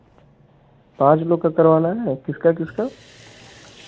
पाँच लोग का करवाना है किसका किसका